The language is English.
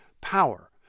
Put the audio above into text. power